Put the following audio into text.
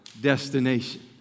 destination